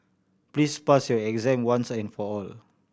please pass your exam once and for all